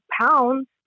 pounds